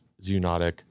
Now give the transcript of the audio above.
zoonotic